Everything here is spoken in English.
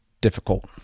difficult